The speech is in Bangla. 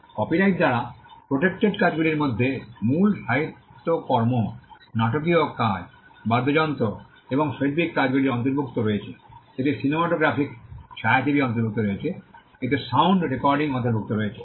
কপিরাইট দ্বারা প্রটেক্টেড কাজগুলির মধ্যে মূল সাহিত্যকর্ম নাটকীয় কাজ বাদ্যযন্ত্র এবং শৈল্পিক কাজগুলি অন্তর্ভুক্ত রয়েছে এতে সিনেমাটোগ্রাফিক ছায়াছবি অন্তর্ভুক্ত রয়েছে এতে সাউন্ড রেকর্ডিং অন্তর্ভুক্ত রয়েছে